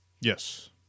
Yes